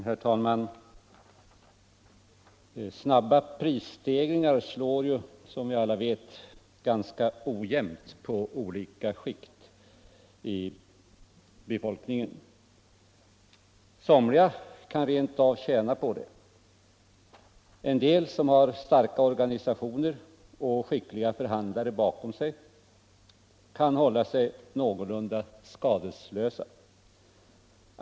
Herr talman! Snabba prisstegringar slår, som vi alla vet, ganska ojämt på olika skikt i befolkningen. Somliga kan rent av tjäna på dem. En del, som har starka organisationer och skickliga förhandlare bakom sig, kan hålla sig någorlunda skadeslösa.